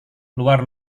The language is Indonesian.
luar